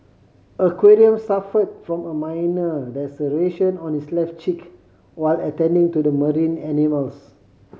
aquarium suffered from a minor laceration on his left cheek while attending to the marine animals